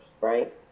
right